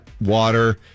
water